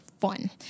fun